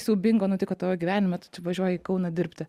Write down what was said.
siaubingo nutiko tavo gyvenime važiuoji į kauną dirbti